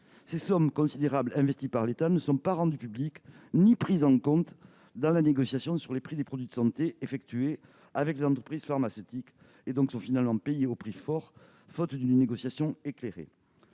Ces sommes considérables investies par l'État ne sont pas rendues publiques ni prises en compte dans la négociation des prix des produits de santé avec les entreprises pharmaceutiques ; lesdits produits, faute d'une négociation éclairée,